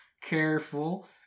careful